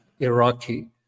Iraqi